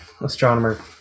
astronomer